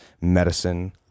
medicine